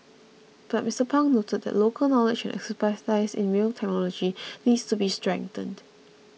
but Mister Pang noted that local knowledge and expertise in rail technology needs to be strengthened